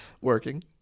Working